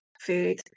food